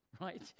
right